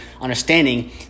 understanding